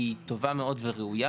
היא טובה מאוד וראויה.